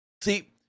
see